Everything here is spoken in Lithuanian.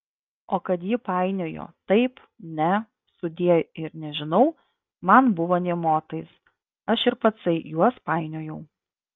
o kad ji painiojo taip ne sudie ir nežinau man buvo nė motais aš ir patsai juos painiojau